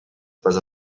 pas